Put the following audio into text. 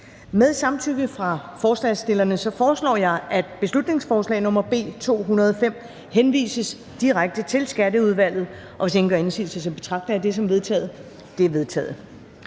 Med samtykke fra forslagsstillerne foreslår jeg, at beslutningsforslag nr. B 205 henvises direkte til Skatteudvalget. Hvis ingen gør indsigelse, betragter jeg det som vedtaget. Det er vedtaget.